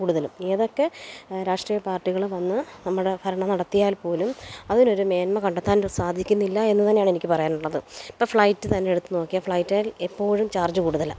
കൂടുതലും ഏതൊക്കെ രാഷ്ട്രീയ പാർട്ടികൾ വന്നു നമ്മുടെ ഭരണം നടത്തിയാൽ പോലും അതിന് ഒരു മേന്മ കണ്ടെത്താൻ സാധിക്കുന്നില്ല എന്ന് തന്നെയാണ് എനിക്ക് പറയാനുള്ളത് ഇപ്പോൾ ഫ്ലൈറ്റ് തന്നെ എടുത്തു നോക്കിയാൽ ഫ്ളൈറ്റിൽ ൽ എപ്പോഴും ചാർജ് കൂടുതലാണ്